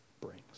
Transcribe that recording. brings